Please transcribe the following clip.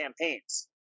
campaigns